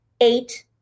eight